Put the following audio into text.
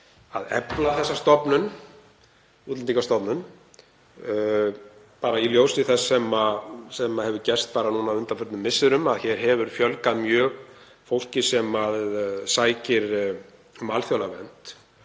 að efla þessa stofnun, Útlendingastofnun, bara í ljósi þess sem hefur gerst núna á undanförnum misserum, að hér hefur fjölgað mjög fólki sem sækir um alþjóðlega